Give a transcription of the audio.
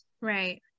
Right